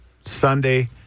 Sunday